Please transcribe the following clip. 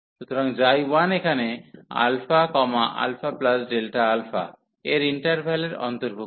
সুতরাং 1 এখানে α αΔα এর ইন্টারভ্যালের অন্তর্ভুক্ত